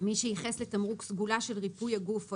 מי שייחס לתמרוק סגולה של ריפוי הגוף או